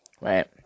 right